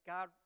God